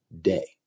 day